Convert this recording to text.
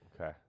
okay